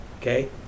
Okay